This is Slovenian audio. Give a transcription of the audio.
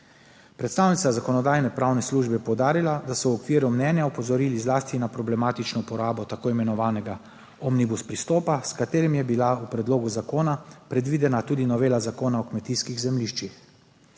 Predstavnica Zakonodajno-pravne službe je poudarila, da so v okviru mnenja opozorili zlasti na problematično uporabo tako imenovanega omnibus pristopa, s katerim je bila v predlogu zakona predvidena tudi novela Zakona o kmetijskih zemljiščih.